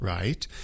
Right